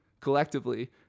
Collectively